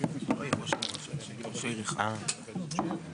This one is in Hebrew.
(הישיבה נפסקה בשעה